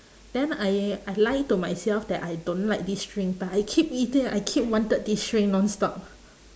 then I I lie to myself that I don't like this drink but I keep eating I keep wanted this drink nonstop